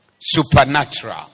Supernatural